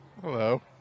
Hello